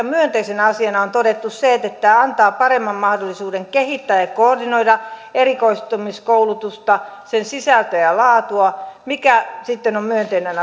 myönteisenä asiana on todettu se että tämä antaa paremman mahdollisuuden kehittää ja ja koordinoida erikoistumiskoulutusta sen sisältöä ja laatua mikä sitten on myönteinen